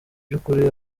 by’ukuri